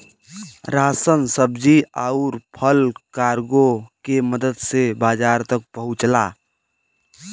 ration सब्जी आउर फल कार्गो के मदद से बाजार तक पहुंचला